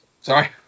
Sorry